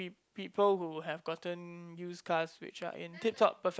people who have gotten used cars which are in tip top perfect